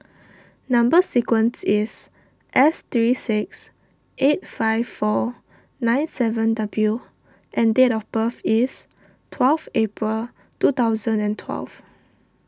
Number Sequence is S three six eight five four nine seven W and date of birth is twelve April two thousand and twelve